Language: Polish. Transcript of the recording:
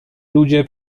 ludzie